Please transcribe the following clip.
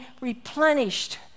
replenished